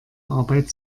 arbeit